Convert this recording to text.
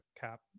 cap